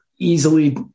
easily